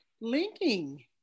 Linking